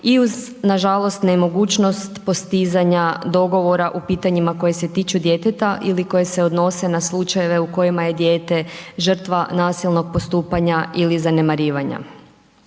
i uz nažalost nemogućnost postizanja dogovora u pitanjima koje se tiču djeteta ili koje se odnose na slučajeve u kojima je dijete žrtva nasilnog postupanja ili zanemarivanja.